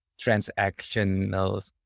transactional